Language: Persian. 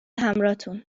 همراهتون